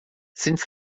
since